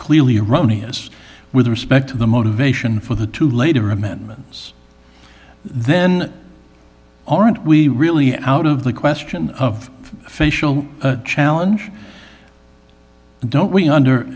clearly erroneous with respect to the motivation for the two later amendments then aren't we really out of the question of facial challenge and don't we under